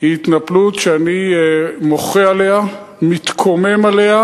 היא התנפלות שאני מוחה עליה, מתקומם עליה,